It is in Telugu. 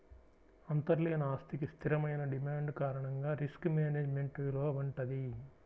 అంతర్లీన ఆస్తికి స్థిరమైన డిమాండ్ కారణంగా రిస్క్ మేనేజ్మెంట్ విలువ వుంటది